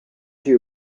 you